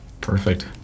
Perfect